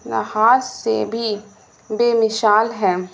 لحظ سے بھی بے مثال ہیں